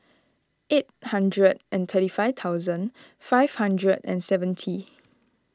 eight hundred and thirty five thousand five hundred and seventy